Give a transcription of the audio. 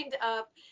up